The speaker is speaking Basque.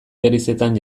gerizetan